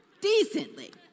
decently